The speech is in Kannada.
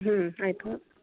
ಹ್ಞೂ ಆಯಿತು